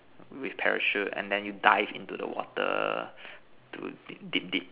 with parachute and then you dive into the water to deep deep